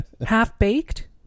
Half-Baked